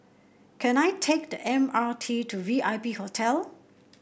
can I take the M R T to V I P Hotel